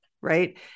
right